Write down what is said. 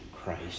Christ